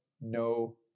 no